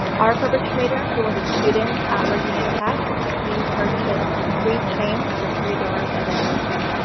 our perpetrator who was a student at virginia tech. he purchased three chains for three doors, as i mentioned,